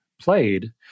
played